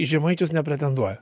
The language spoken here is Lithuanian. į žemaičius nepretenduoja